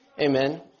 Amen